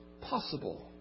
possible